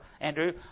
Andrew